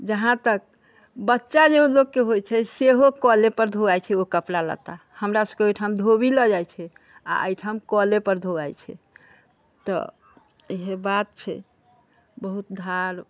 जहाँ तक बच्चा जे मतलब कि होइ छै सेहो कलेपर धोवाइ छै ओ कपड़ा लत्ता हमरा सबके ओइठाम धोबी लअ जाइ छै आओर अइठाम कलेपर धोवाइ छै तऽ इएहे बात छै बहुत धार